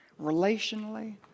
relationally